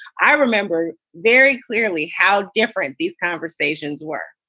i remember very clearly how different these conversations were.